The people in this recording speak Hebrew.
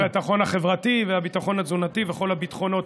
והביטחון החברתי, הביטחון התזונתי וכל הביטחונות.